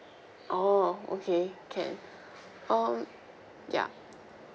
oh okay can um ya